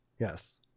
Yes